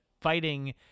fighting